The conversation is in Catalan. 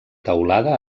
teulada